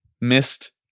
missed